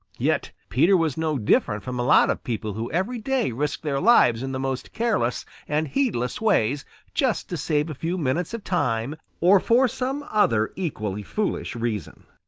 yet peter was no different from a lot of people who every day risk their lives in the most careless and heedless ways just to save a few minutes of time or for some other equally foolish reason.